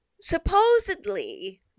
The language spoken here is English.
Supposedly